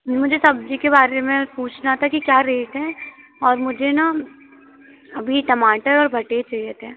मुझे सब्ज़ी के बारे में पूछना था कि क्या रेट है और मुझे ना अभी टमाटर और भाटेर चाहिए थे